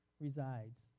resides